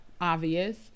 Obvious